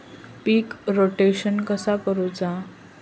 पीक rotation कसा करूचा?